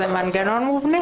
זה מנגנון מובנה.